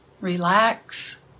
relax